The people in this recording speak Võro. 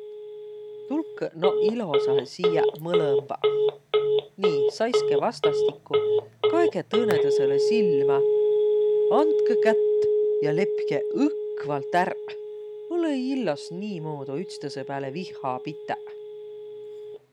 Tulkõq noq ilosahe siiäq mõlõmbaq. Nii, saiskõq vastastikku, kaegõq tõõnõtõõsõlõ silmä, andkõq kätt ja lepkeq õkva ärq! Olõ-õi illos niimodu ütstõsõ pääle vihha pitäq.